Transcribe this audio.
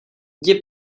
jdi